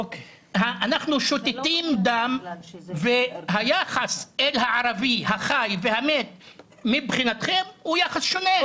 אנחנו שותתים דם והיחס אל הערבי החי והמת מבחינתכם הוא יחס שונה.